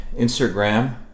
Instagram